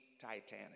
Titanic